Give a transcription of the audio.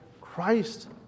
Christ